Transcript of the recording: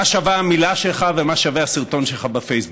מה שווה המילה שלך ומה שווה הסרטון שלך בפייסבוק.